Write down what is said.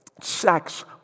sex